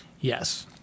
Yes